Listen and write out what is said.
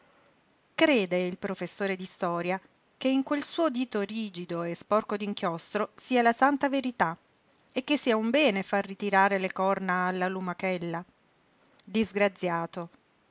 crede il professore di storia che in quel suo dito rigido e sporco d'inchiostro sia la santa verità e che sia un bene far ritirare le corna alla lumachella disgraziato